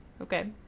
Okay